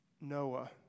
noah